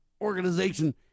organization